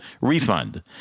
refund